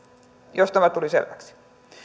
jos tämä tuli selväksi